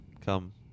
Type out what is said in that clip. come